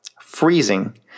freezing